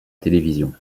télévision